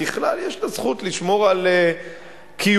יש זכות לשמור על קיומה.